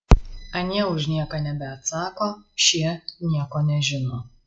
anie už nieką nebeatsako šie nieko nežino